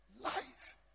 life